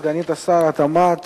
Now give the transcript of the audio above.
סגנית שר התמ"ת,